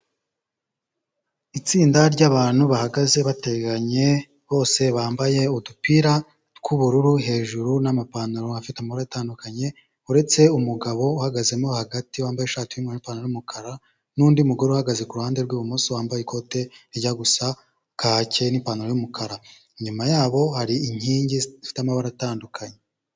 Itsinda ry'abantu bahagaze bateganye, bose bambaye udupira tw'ubururu hejuru n'amapantaro afite amabara atandukanye, uretse umugabo uhagazemo hagati wambaye ishati y'umweru n'ipantaro y'umukara n'undi mugore uhagaze ku ruhande rw'ibumoso, wambaye ikote rijya gusa kake n'ipantaro y'umukara, inyuma yabo hari inkingi zifite amabara atandukanye.